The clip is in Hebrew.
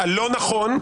לא נכון.